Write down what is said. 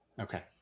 okay